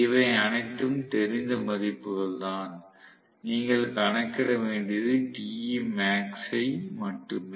இவை அனைத்தும் தெரிந்த மதிப்புகள் தான் நீங்கள் கணக்கிட வேண்டியது Temax ஐ மட்டுமே